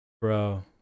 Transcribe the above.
Bro